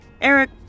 Eric